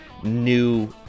New